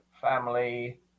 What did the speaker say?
family